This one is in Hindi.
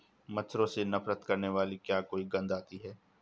मच्छरों से नफरत करने वाली क्या कोई गंध आती है?